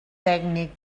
tècnic